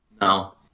no